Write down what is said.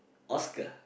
Oscar